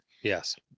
Yes